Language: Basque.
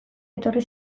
etorri